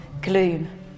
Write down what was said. gloom